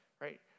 Right